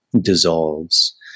dissolves